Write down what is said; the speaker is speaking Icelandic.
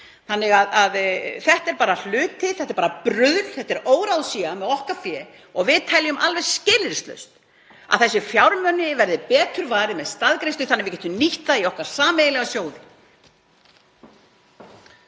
gómana. Þetta er bara hluti, þetta er bara bruðl. Þetta er óráðsía með okkar fé. Við teljum alveg óumdeilt að þessu fjármagni verði betur varið með staðgreiðslu þannig að við getum nýtt það í okkar sameiginlegu sjóði.